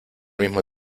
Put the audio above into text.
mismo